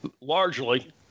largely